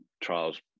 trials